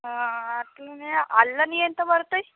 అలానే అల్లనివి ఎంత పడతాయి